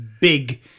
big